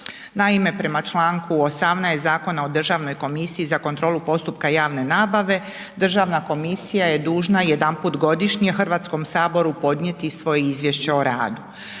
Naime, prema članku 10. Zakona o Državnoj komisiji za kontrolu postupka javne nabave Državna komisija je dužna jedanput godišnje Hrvatskom saboru podnijeti svoje izvješće o radu.